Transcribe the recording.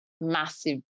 massive